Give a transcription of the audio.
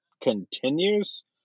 continues